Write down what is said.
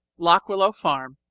lock willow farm,